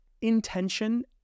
intention